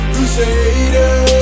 Crusaders